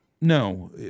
No